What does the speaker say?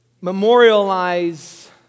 memorialize